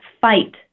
fight